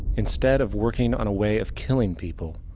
instead of working on a way of killing people,